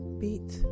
beat